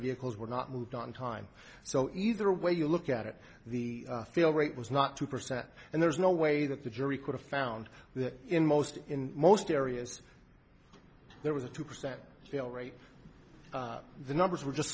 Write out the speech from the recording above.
vehicles were not moved on time so either way you look at it the feel rate was not two percent and there's no way that the jury could have found that in most in most areas there was a two percent fail rate the numbers were just